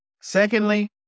Secondly